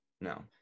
no